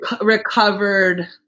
recovered